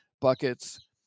buckets